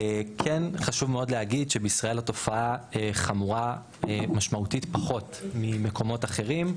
כן חשוב להגיד שבישראל התופעה הזאת חמורה משמעותית פחות ממקומות אחרים.